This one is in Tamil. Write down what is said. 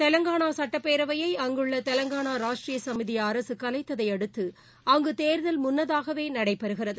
தெலங்கானா சட்டப்பேரவையை அங்குள்ள தெவங்கானா ராஷ்ட்ரிய சமிதி அரசு கலைத்ததை அடுத்து அங்கு தேர்தல் முன்னதாகவே நடக்கிறது